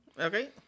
Okay